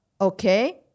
okay